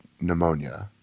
pneumonia